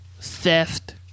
theft